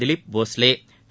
Dilip Bhosle Thiru